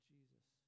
Jesus